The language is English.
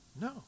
No